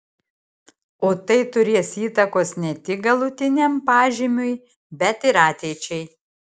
o tai turės įtakos ne tik galutiniam pažymiui bet ir ateičiai